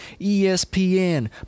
espn